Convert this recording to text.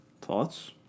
Thoughts